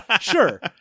sure